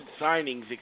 signings